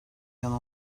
yana